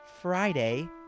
Friday